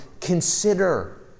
consider